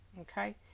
Okay